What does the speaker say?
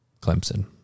Clemson